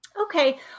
Okay